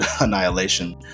annihilation